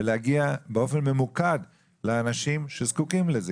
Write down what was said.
ולהגיע באופן ממוקד לאנשים שזקוקים לזה,